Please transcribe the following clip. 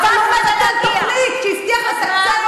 מבטל תוכנית שהבטיח לסבסד.